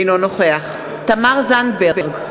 אינו נוכח תמר זנדברג,